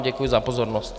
Děkuji vám za pozornost.